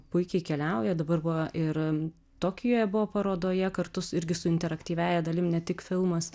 puikiai keliauja dabar buvo ir tokijuje buvo parodoje kartu irgi su interaktyviąja dalim ne tik filmas